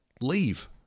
Leave